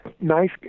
Nice